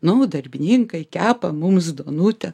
nu darbininkai kepa mums duonutę